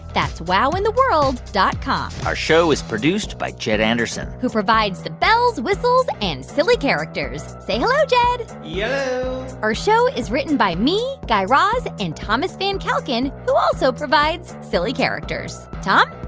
that's wowintheworld dot com our show is produced by jed anderson who provides the bells, whistles and silly characters. saying hello, jed yello yeah our show is written by me, guy raz and thomas van kalken, who also provides silly characters. tom?